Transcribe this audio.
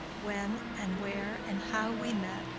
when, and where, and how we met,